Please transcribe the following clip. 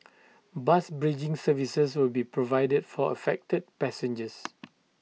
bus bridging services will be provided for affected passengers